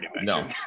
No